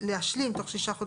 - 12(ח)